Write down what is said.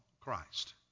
Christ